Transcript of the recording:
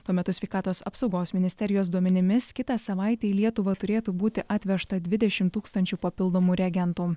tuo metu sveikatos apsaugos ministerijos duomenimis kitą savaitę į lietuvą turėtų būti atvežta dvidešimt tūkstančių papildomų reagentų